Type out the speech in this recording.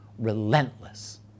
relentless